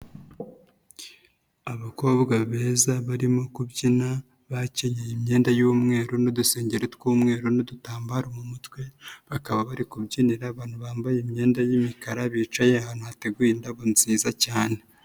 Abakobwa beza barimo kubyina bakenyeye imyenda y'umweru n'udusengeri tw'umweru n'udutambaro mu mutwe, bakaba bari kubyinira abantu bambaye imyenda y'imikara bicaye ahantu hateguye indabo nziza cyane.